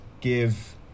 give